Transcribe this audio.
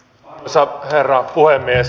arvoisa herra puhemies